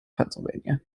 pennsylvania